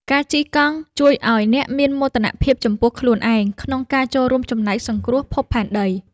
ការជិះកង់ជួយឱ្យអ្នកមានមោទនភាពចំពោះខ្លួនឯងក្នុងការចូលរួមចំណែកសង្គ្រោះភពផែនដី។